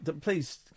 Please